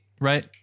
right